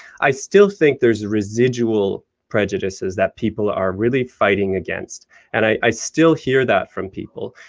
i still think there is residual prejudices that people are really fighting against and i still hear that from people.